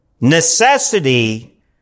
Necessity